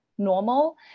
normal